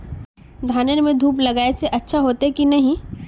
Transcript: धानेर में धूप लगाए से अच्छा होते की नहीं?